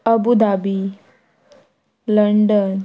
Abu Dhabi London